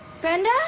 Brenda